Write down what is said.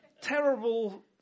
terrible